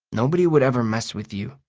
nobody would ever mess with you.